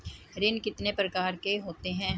ऋण कितने प्रकार के होते हैं?